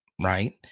right